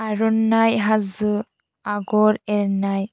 आर'नाइ हाजो आगर एरनाय